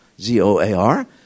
Z-O-A-R